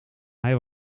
hij